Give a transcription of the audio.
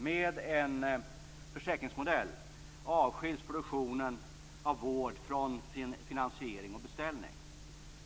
Med en försäkringsmodell avskiljs produktionen av vård från finansiering och beställning.